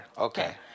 Okay